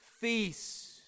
feast